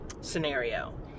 scenario